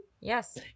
Yes